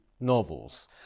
novels